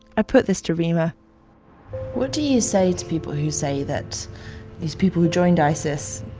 i put this to reema what do you say to people who say that these people who joined isis,